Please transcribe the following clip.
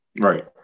Right